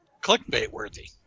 clickbait-worthy